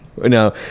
No